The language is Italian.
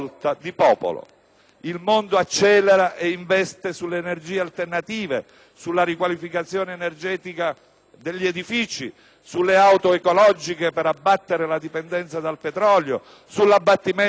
Il mondo accelera e investe sulle energie alternative, sulla riqualificazione energetica degli edifici, sulle auto ecologiche per abbattere la dipendenza dal petrolio, sull'abbattimento dei gas serra